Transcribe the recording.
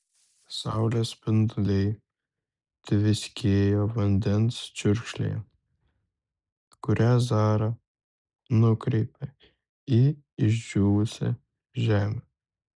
saulės spinduliai tviskėjo vandens čiurkšlėje kurią zara nukreipė į išdžiūvusią žemę